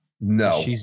No